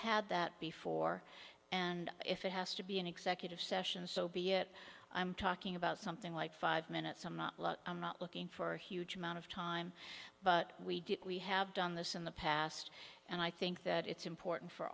had that before and if it has to be an executive session so be it i'm talking about something like five minutes looking for a huge amount of time but we get we have done this in the past and i think that it's important for